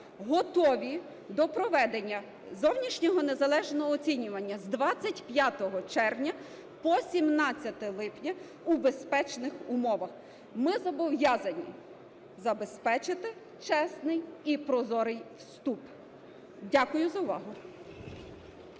готові до проведення зовнішнього незалежного оцінювання з 25 червня по 17 липня у безпечних умовах. Ми зобов'язані забезпечити чесний і прозорий вступ. Дякую за увагу.